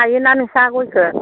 गायो ना नोंस्रा गयखौ